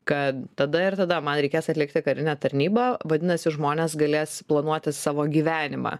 kad tada ir tada man reikės atlikti karinę tarnybą vadinasi žmonės galės planuoti savo gyvenimą